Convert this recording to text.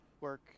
work